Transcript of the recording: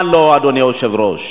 מה לא, אדוני היושב-ראש?